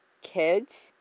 kids